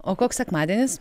o koks sekmadienis